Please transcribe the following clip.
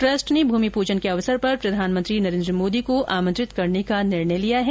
trust ने भूमि पूजन के अवसर पर प्रधानमंत्री नरेंद्र मोदी को आमंत्रित करने का निर्णय लिया है